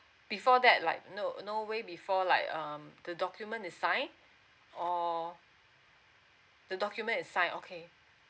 before that like no no way before like um the document is signed or the document is signed okay